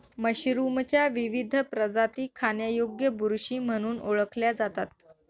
मशरूमच्या विविध प्रजाती खाण्यायोग्य बुरशी म्हणून ओळखल्या जातात